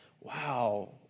wow